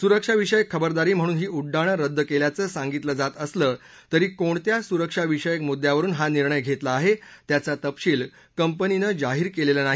सुरक्षाविषयक खबरदारी म्हणून ही उड्डाणं रद्द केल्याचं सांगितलं जात असलं तरी कोणत्या सुरक्षाविषयक मुद्यावरून हा निर्णय घेतला आहे त्याचा तपशील कंपनीनं जाहीर केलेला नाही